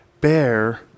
bear